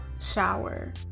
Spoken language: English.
shower